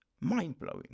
mind-blowing